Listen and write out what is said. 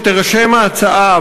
שתירשם ההצעה,